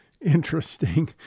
interesting